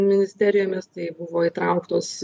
ministerijomis tai buvo įtrauktos